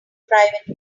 private